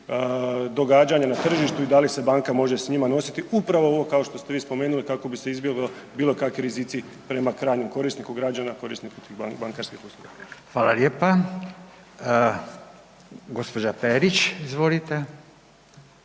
događanja na tržištu i da li se banka može s njima nositi upravo ovo kao što ste vi spomenuli kako bi se izbjeglo bilo kakvi rizici prema krajnjem korisniku građana korisniku bankarskih usluga. **Radin, Furio (Nezavisni)**